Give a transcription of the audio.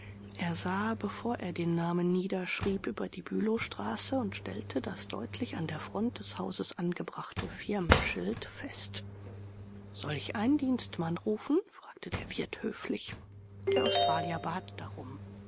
er sah bevor er den namen niederschrieb über die bülowstraße und stellte das deutlich an der front des hauses angebrachte firmenschild fest soll ich einen dienstmann rufen fragte der wirt höflich der australier bat darum